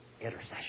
intercession